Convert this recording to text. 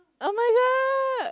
[oh]-my-god